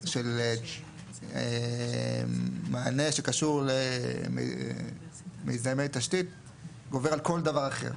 של מענה שקשור למיזמי תשתית גובר על כל דבר אחר.